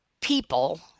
people